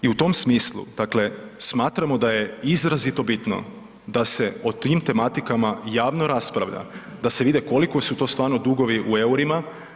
I u tom smislu, dakle smatramo da je izrazito bitno da se o tim tematikama javno raspravlja, da se vide koliko su to stvarno dugovi u EUR-ima.